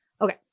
Okay